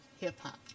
hip-hop